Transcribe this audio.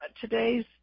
today's